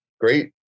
Great